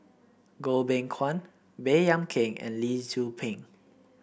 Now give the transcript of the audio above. Goh Beng Kwan Baey Yam Keng and Lee Tzu Pheng